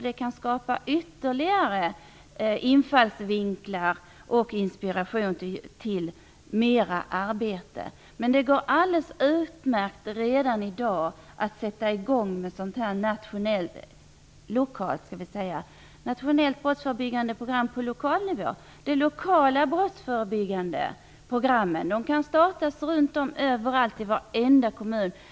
Det kan skapa ytterligare infallsvinklar och inspiration till mer arbete. Men det går alldeles utmärkt att redan i dag sätta igång med brottsförebyggande program på lokal nivå. De lokala brottsförebyggande programmen kan startas överallt i varenda kommun.